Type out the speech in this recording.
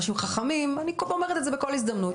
אנשים חכמים ואני אומרת את זה בכל הזדמנות.